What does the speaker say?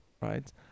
right